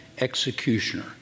executioner